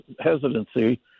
hesitancy